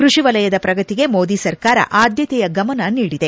ಕೃಷಿ ವಲಯದ ಪ್ರಗತಿಗೆ ಮೋದಿ ಸರ್ಕಾರ ಆದ್ಯತೆಯ ಗಮನ ನೀಡಿದೆ